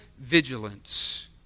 vigilance